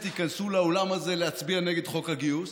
ייכנסו לאולם הזה להצביע נגד חוק הגיוס.